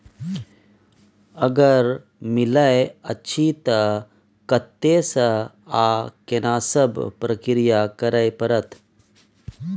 अगर मिलय अछि त कत्ते स आ केना सब प्रक्रिया करय परत?